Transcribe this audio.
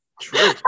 True